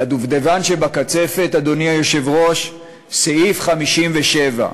והדובדבן שבקצפת, אדוני היושב-ראש, סעיף 57,